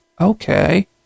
okay